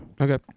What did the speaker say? Okay